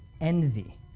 envy